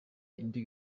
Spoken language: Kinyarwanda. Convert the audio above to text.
indi